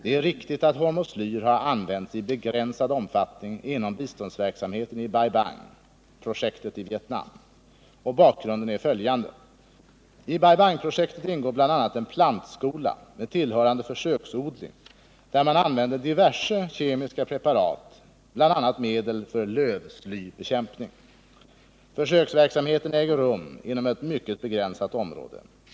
Det är riktigt att hormoslyr har använts i begränsad omfattning inom biståndsverksamheten i Bai Bang — projektet i Vietnam. Bakgrunden är följande. I Bai Bang-projektet ingår bl.a. en plantskola med tillhörande försöksodling där man använder diverse kemiska preparat, bl.a. medel för lövslybekämpning. Försöksverksamheten äger rum inom ett mycket begränsat område.